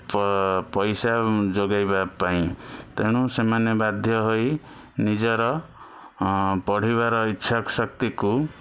ପଇସା ଯୋଗାଇବା ପାଇଁ ତେଣୁ ସେମାନେ ବାଧ୍ୟ ହୋଇ ନିଜର ପଢ଼ିବାର ଇଚ୍ଛା ଶକ୍ତିକୁ